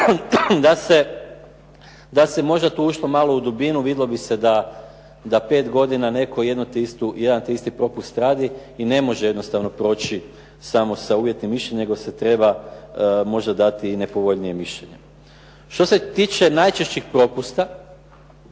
Da se možda tu ušlo malo u dubinu, vidjelo bi se da 5 godina netko jedan te isti propust radi i ne može jednostavno proći samo sa uvjetnim mišljenjem, nego se treba možda dati i nepovoljnije mišljenje. Što se tiče najčešćih propusta,